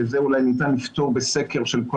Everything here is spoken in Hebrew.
שאת זה אולי ניתן לפתור בסקר של כל